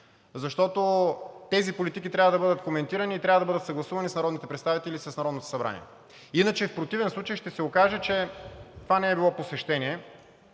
защото тези политики трябва да бъдат коментирани и трябва да бъдат съгласувани с народните представители и с Народното събрание. В противен случай ще се окаже, че това не е било посещение,